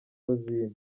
rosine